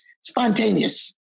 spontaneous